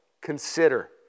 consider